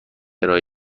ارائه